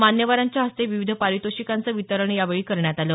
मान्यवरांच्या हस्ते विविध पारितोषिकांचं वितरण यावेळी करण्यात आलं